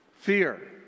fear